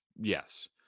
Yes